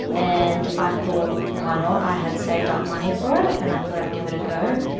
and i thought why not, i had saved up money for it and i thought i'd give it a go.